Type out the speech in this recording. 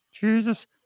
Jesus